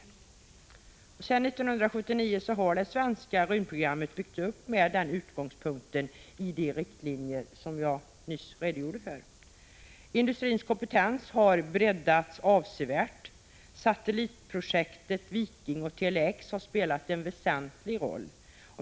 Sedan 1979 har det svenska rymdprogrammet byggts upp med utgångspunkt i de riktlinjer som jag nyss redogjorde för. Industrins kompetens har breddats avsevärt. Satellitprojekten Viking och Tele-X har spelat en väsentlig roll.